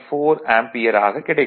4 ampere ஆகக் கிடைக்கும்